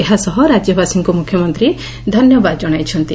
ଏହାସହ ରାଜ୍ୟବାସୀଙ୍କୁ ମୁଖ୍ୟମନ୍ତୀ ଧନ୍ୟବାଦ ଜଶାଇଛନ୍ତି